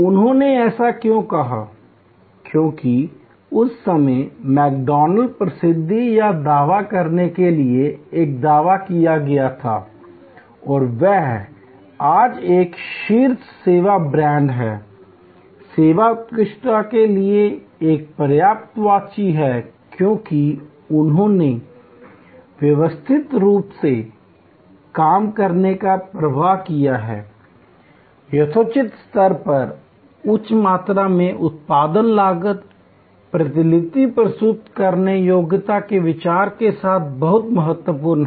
उन्होंने ऐसा क्यों कहा क्योंकि उस समय मैकडॉनल्ड्स प्रसिद्धि या दावा करने के लिए दावा किया गया था और वह आज एक शीर्ष सेवा ब्रांड है सेवा उत्कृष्टता के लिए एक पर्यायवाची है क्योंकि उन्होंने व्यवस्थित रूप से काम करने का प्रवाह किया है यथोचित स्तर पर उच्च मात्रा में उत्पादन लागत प्रतिलिपि प्रस्तुत करने योग्यता के विचार के साथ बहुत महत्वपूर्ण है